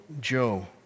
Joe